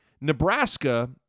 Nebraska